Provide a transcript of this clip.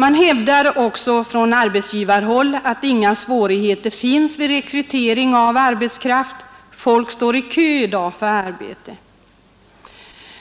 Man hävdar också från arbetsgivarhåll att inga svårigheter finns vid rekrytering av arbetskraft, folk står i kö i dag för att få arbete.